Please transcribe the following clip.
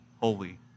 holy